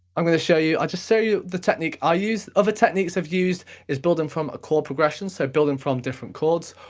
i'm gonna show you, i'll just show you the technique i use. other techniques i've used is building from a chord progression, so building from different chords,